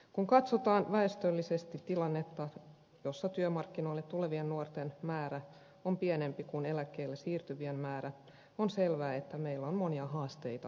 kun katsotaan väestöllisesti tilannetta jossa työmarkkinoille tulevien nuorten määrä on pienempi kuin eläkkeelle siirtyvien määrä on selvää että meillä on monia haasteita edessämme